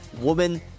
woman